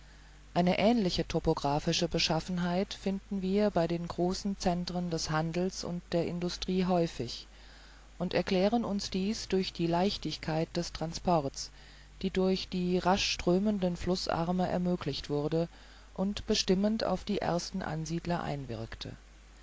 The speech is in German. eine ähnliche topographische beschaffenheit finden wir bei den großen centren des handels und der industrie häufig und erklären uns dies durch die leichtigkeit des transports die durch die raschströmenden flußarme ermöglicht wurde und bestimmend auf die ersten ansiedler einwirkte